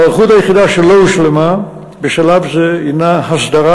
ההיערכות היחידה שלא הושלמה בשלב זה הנה הסדרת